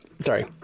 sorry